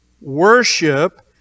worship